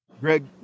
Greg